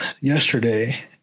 yesterday